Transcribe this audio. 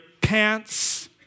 pants